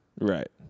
Right